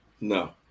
No